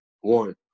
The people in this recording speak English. one